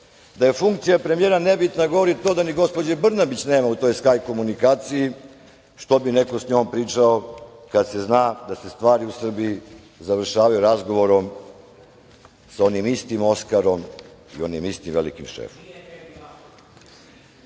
je funkcija premijera nebitna govori to da ni gospođe Brnabić nema u toj skaj komunikacijo. Što bi neko sa njom pričao kad se zna da se stvari u Srbiji završavaju razgovorom sa onim istim Oskarom i onim istim Velikim